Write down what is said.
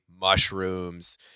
Mushrooms